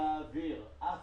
כל